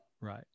right